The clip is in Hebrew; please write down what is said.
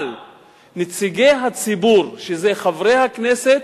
אבל נציגי הציבור, שזה חברי הכנסת,